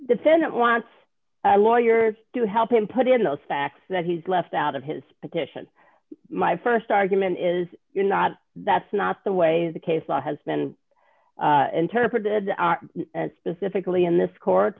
defendant wants lawyers to help him put in those facts that he's left out of his petition my st argument is you're not that's not the way the case law has been interpreted specifically in this court